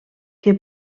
que